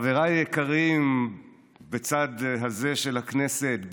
חבריי היקרים בצד הזה של הכנסת,